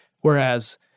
Whereas